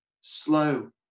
slow